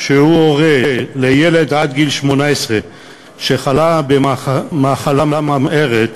שהוא הורה לילד עד גיל 18 שחלה במחלה ממארת